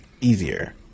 easier